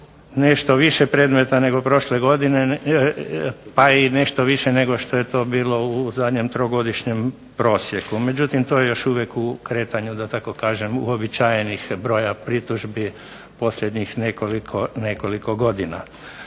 nešto više predmeta nego prošle godine pa i nešto više nego što je to bilo u zadnjem trogodišnjem prosjeku, međutim to je još uvijek u kretanju da tako kažem uobičajenih broja pritužbi posljednjih nekoliko godina.